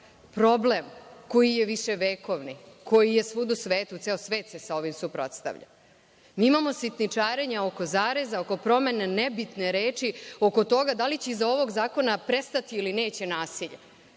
problem koji je viševekovni, koji je suda u svetu, ceo svet se ovome suprotstavlja. Mi imamo sitničarenje oko zareza, oko promene nebitne reči, oko toga da li će iz ovog zakona prestati ili neće nasilje.